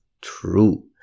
true